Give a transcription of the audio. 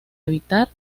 evitar